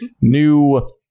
new